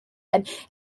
and